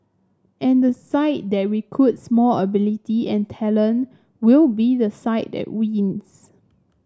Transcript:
and the side that recruits more ability and talent will be the side that wins